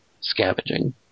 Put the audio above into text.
scavenging